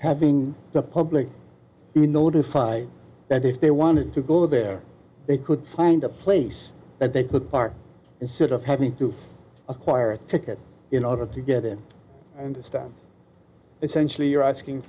having the public notified that if they wanted to go there they could find a place that they could park and sort of having to acquire a ticket in order to get in and start essentially you're asking